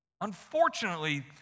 unfortunately